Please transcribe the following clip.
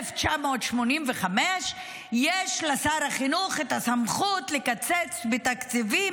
1985. יש לשר החינוך את הסמכות לקצץ בתקציבים